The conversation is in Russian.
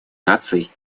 наций